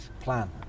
plan